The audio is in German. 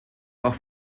auch